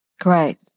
great